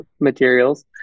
materials